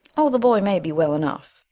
oh, the boy may be well enough,